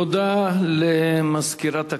תודה למזכירת הכנסת.